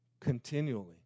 continually